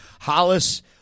Hollis